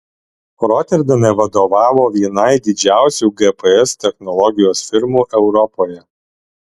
roterdame vadovavo vienai didžiausių gps technologijos firmų europoje